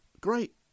Great